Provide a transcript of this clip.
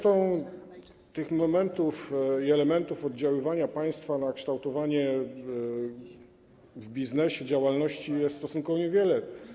Tych momentów i elementów oddziaływania państwa na kształtowanie w biznesie działalności jest stosunkowo niewiele.